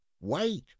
Wait